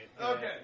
Okay